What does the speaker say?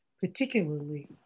particularly